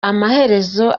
amaherezo